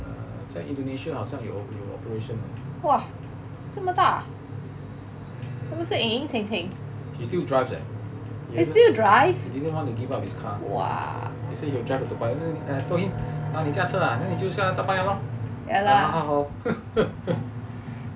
err 在 indonesia 好像有 operation err he still drives eh he didn't want to give up his car he say he will drive to toa payoh then I told him oh 你驾车 ah then 你就下来 toa payoh lor 好好好